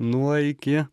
nuo iki